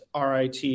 RIT